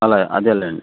అలాగా అదేలేండి